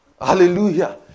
Hallelujah